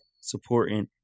supporting